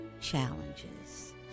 challenges